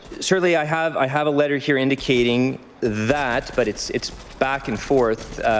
certainly i have i have a letter here indicating that. but it's it's back and forth,